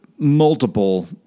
Multiple